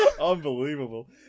Unbelievable